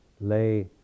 lay